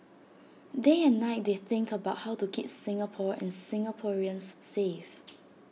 day and night they think about how to keep Singapore and Singaporeans safe